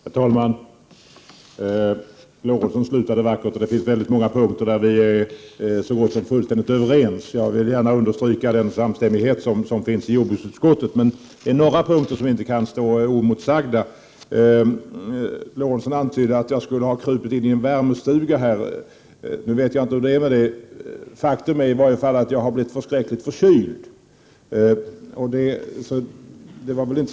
Herr talman! Något som låter vackert: Det finns väldigt många punkter där vi är fullständigt överens. Jag vill understryka den samstämmighet som råder i jordbruksutskottet. Det finns dock några punkter som inte kan stå oemotsagda. Någon antydde att jag skulle ha krupit in i en värmestuga. Nu vet jag inte hur det är med det, för faktum är att jag har blivit förskräckligt förkyld.